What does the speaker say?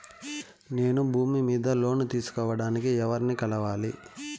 నేను భూమి మీద లోను తీసుకోడానికి ఎవర్ని కలవాలి?